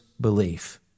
belief